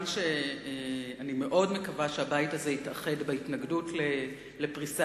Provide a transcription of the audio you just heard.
אני מאוד מקווה שהבית הזה יתאחד בהתנגדות לפריסה